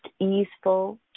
easeful